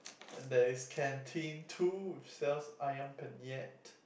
and there is canteen two which sells Ayam-Penyet